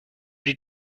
die